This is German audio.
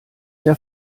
der